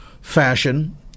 fashion